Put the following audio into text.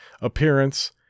appearance